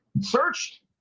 searched